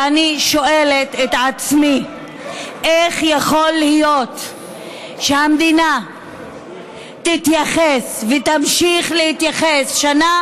ואני שואלת את עצמי איך יכול להיות שהמדינה תתייחס ותמשיך להתייחס שנה